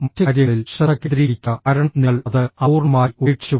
മറ്റ് കാര്യങ്ങളിൽ ശ്രദ്ധ കേന്ദ്രീകരിക്കുക കാരണം നിങ്ങൾ അത് അപൂർണ്ണമായി ഉപേക്ഷിച്ചു